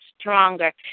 stronger